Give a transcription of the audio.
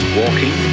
walking